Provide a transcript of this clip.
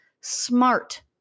smart